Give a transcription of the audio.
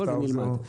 ונלמד.